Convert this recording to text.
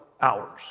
hours